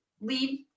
leave